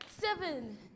seven